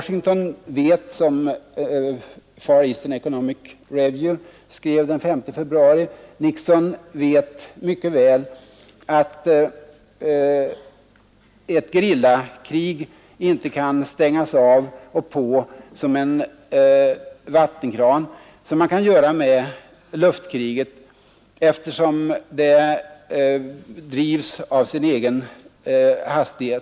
Som Far Eastern Economic Review skrev den 5 februari vet Washington mycket väl att ett gerillakrig inte kan stängas av och på som en vattenkran — vilket är möjligt med ett luftkrig — eftersom gerillakriget drivs av sin egen rörelse.